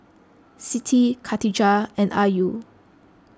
Siti Katijah and Ayu